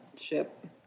ship